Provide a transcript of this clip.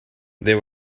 there